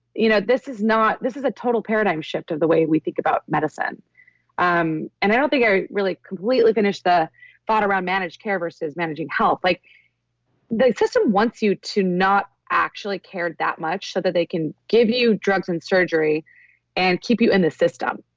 you know this is not, this is a total paradigm shift of the way we think about medicine um and i don't think i really completely finished the thought around managed care versus managing health like the system wants you to not actually care that much so that they can give you drugs and surgery and keep you in the system.